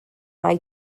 mai